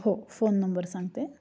हो phone number सांगते